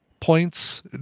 points